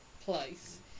place